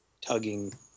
tugging